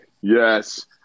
yes